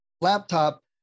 laptop